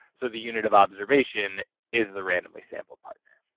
so the unit of observation is the randomly sampled partner.